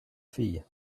fille